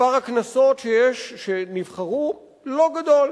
מספר הכנסות שנבחרו לא גדול.